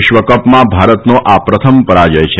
વિશ્વકપમાં ભારતનો આ પ્રથમ પરાજય છે